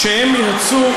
כשהם ירצו,